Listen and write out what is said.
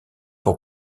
pour